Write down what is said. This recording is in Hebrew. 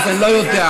אז אני לא יודע.